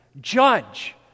judge